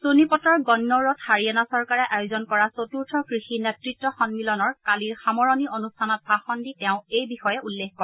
চোনিপটৰ গাল্নৌৰত হাৰিয়ানা চৰকাৰে আয়োজন কৰা চতুৰ্থ কৃষি নেতৃত্ব সন্মিলনৰ কালিৰ সামৰণি অনুষ্ঠানত ভাষণ দি তেওঁ এই বিষয়ে উল্লেখ কৰে